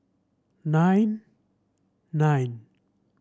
nine nine